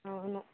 అవును